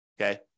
okay